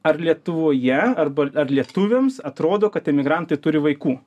ar lietuvoje arba ar lietuviams atrodo kad emigrantai turi vaikų